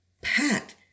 Pat